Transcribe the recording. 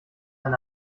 ein